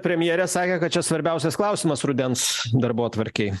premjerė sakė kad čia svarbiausias klausimas rudens darbotvarkėj